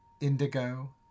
indigo